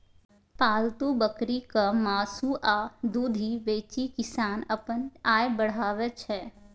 पालतु बकरीक मासु आ दुधि बेचि किसान अपन आय बढ़ाबै छै